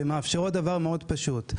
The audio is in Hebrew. שמאפשרות דבר מאוד פשוט: